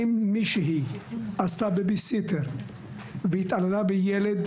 אם מישהי עשתה בייבי-סיטר והתעללה בילד,